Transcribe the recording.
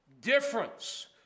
difference